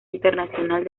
internacional